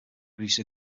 produce